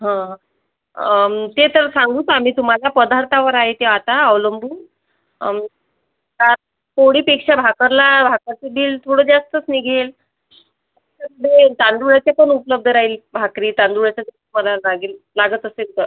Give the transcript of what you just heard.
हं ते तर सांगूच आम्ही तुम्हाला पदार्थावर आहे ते आता अवलंबून पोळीपेक्षा भाकरीला भाकरीचं बील थोडं जास्तच निघेल आमच्याकडे तांदळाचे पण उपलब्ध राहील भाकरी तांदळाचे पदार्थ आणखीन लागत असेल तर